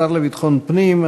השר לביטחון פנים,